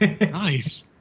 Nice